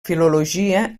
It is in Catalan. filologia